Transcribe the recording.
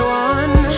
one